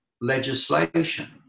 legislation